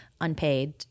unpaid